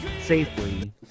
safely